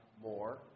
more